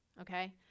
okay